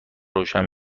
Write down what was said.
روشن